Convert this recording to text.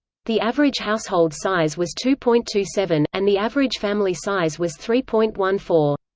the average household size was two point two seven, and the average family size was three point one four.